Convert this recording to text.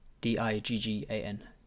D-I-G-G-A-N